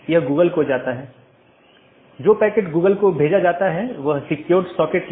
एक विशेष उपकरण या राउटर है जिसको BGP स्पीकर कहा जाता है जिसको हम देखेंगे